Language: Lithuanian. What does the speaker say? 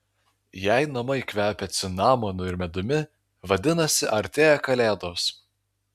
jei namai kvepia cinamonu ir medumi vadinasi artėja kalėdos